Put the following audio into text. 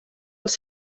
els